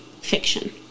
fiction